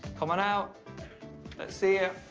come on out let's see you!